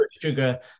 sugar